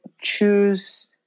choose